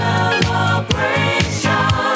Celebration